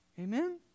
Amen